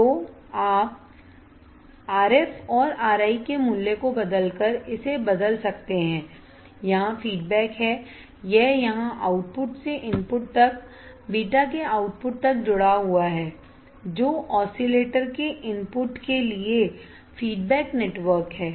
तो आप RF और RI के मूल्य को बदलकर इसे बदल सकते हैं यहां फीडबैक है यह यहां आउटपुट से इनपुट तक बीटा के आउटपुट तक जुड़ा हुआ है जो ऑसिलेटर के इनपुट के लिए फीडबैक नेटवर्क है